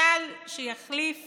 סל שיחליף